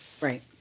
Right